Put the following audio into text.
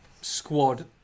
squad